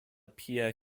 pierre